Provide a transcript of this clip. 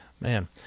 Man